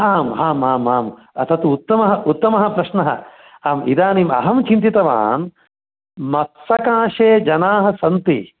आम् आम् आम् तत् उत्तमः उत्तमः प्रश्नः आम् इदानीम् अहं चिन्तितवान् मत्सकाशे जनाः सन्ति